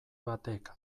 batek